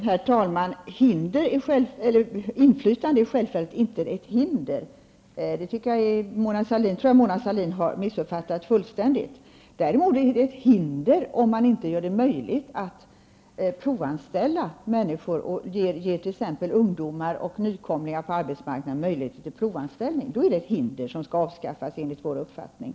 Herr talman! Inflytande är självfallet inte ett hinder. Det har Mona Sahlin missuppfattat fullständigt. Däremot är det ett hinder om man inte gör det möjligt att provanställa människor och ger t.ex. ungdomar och nykomlingar på arbetsmarknaden möjligheter till provanställning. Det är ett hinder som skall avskaffas, enligt vår uppfattning.